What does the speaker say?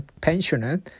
pensioner